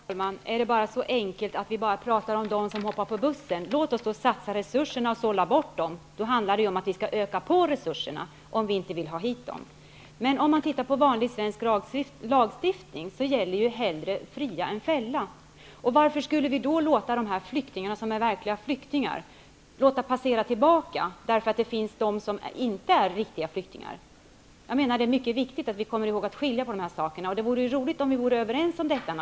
Herr talman! Är det så enkelt att vi bara pratar om dem som hoppar på bussen? Låt oss i så fall satsa resurserna på att sålla bort dem. Då handlar det om att vi skall öka resurserna, om vi inte vill ha hit de här människorna. Om man tittar på vanlig svensk lagstiftning gäller begreppet hellre fria än fälla. Varför skulle vi då låta dem som är verkliga flyktingar passera tillbaka för att det finns de som inte är riktiga flyktingar? Jag menar att det är mycket viktigt att vi kommer ihåg att skilja på de här sakerna. Det vore naturligtvis roligt om vi vore överens om detta.